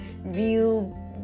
real